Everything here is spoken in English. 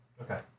Okay